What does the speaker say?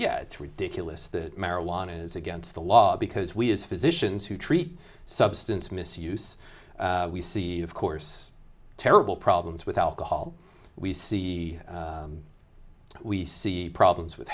yeah it's ridiculous that marijuana is against the law because we as physicians who treat substance misuse we see of course terrible problems with alcohol we see we see problems with